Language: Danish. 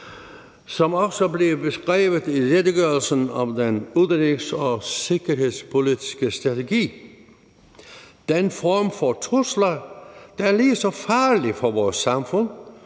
som også bliver beskrevet i redegørelsen om den udenrigs- og sikkerhedspolitiske strategi, den form for trusler, der er lige så farlige for vores samfund,